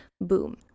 boom